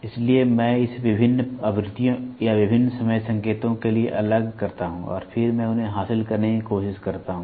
इसलिए मैं इसे विभिन्न आवृत्तियों या विभिन्न समय संकेतों के लिए अलग करता हूं और फिर मैं उन्हें हासिल करने की कोशिश करता हूं